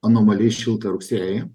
anomaliai šiltą rugsėjį